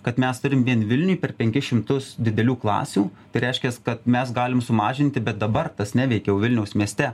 kad mes turim vien vilniuj per penkis šimtus didelių klasių tai reiškias kad mes galim sumažinti bet dabar tas neveikia jau vilniaus mieste